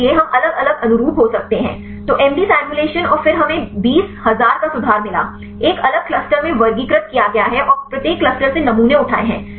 इसलिए हम अलग अलग अनुरूप हो सकते हैं तो एमडी सिमुलेशन और फिर हमें 20000 का सुधार मिला एक अलग क्लस्टर में वर्गीकृत किया गया है और प्रत्येक क्लस्टर से नमूने उठाए हैं